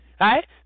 right